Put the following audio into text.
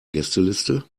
gästeliste